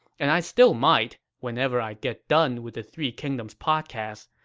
and i still might, whenever i get done with the three kingdoms podcast.